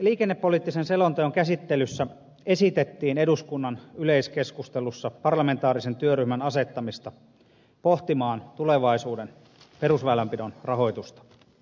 liikennepoliittisen selonteon käsittelyssä esitettiin eduskunnan yleiskeskustelussa parlamentaarisen työryhmän asettamista pohtimaan tulevaisuuden perusväylänpidon rahoitusta